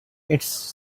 its